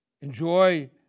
Enjoy